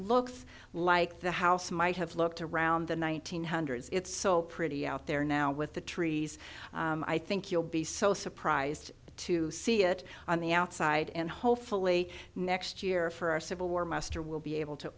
looks like the house might have looked around the one thousand nine hundred it's so pretty out there now with the trees i think you'll be so surprised to see it on the outside and hopefully next year for our civil war master we'll be able to